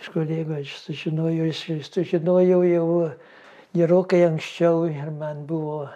iš kolegų aš sužinojau aš sužinojau jau gerokai anksčiau ir man buvo